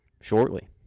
shortly